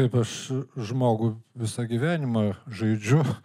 kaip aš žmogų visą gyvenimą žaidžiu